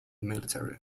military